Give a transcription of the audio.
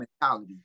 mentality